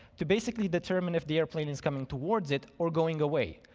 to basically determine if the aeroplane is coming towards it or going away,